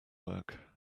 work